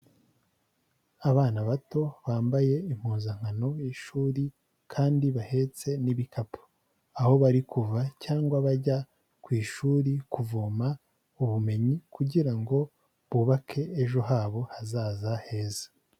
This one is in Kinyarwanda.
Abana bato bambaye impuzankano y'ishuri, kandi bahetse n'ibikapu, aho bari kuva cyangwa bajya ku ishuri kuvoma ubumenyi, kugira ngo bubake ejo habo hazaza heza.